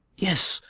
yes,